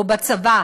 או בצבא,